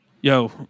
Yo